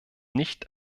nicht